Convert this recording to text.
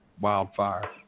wildfire